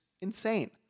insane